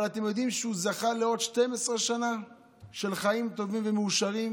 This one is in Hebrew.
אבל האם אתם יודעים שהוא זכה לעוד 12 שנים של חיים טובים ומאושרים